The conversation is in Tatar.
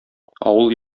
авыл